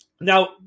now